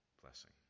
blessing